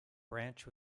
branch